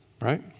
Right